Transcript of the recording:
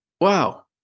Wow